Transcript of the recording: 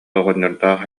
оҕонньордоох